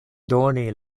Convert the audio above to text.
doni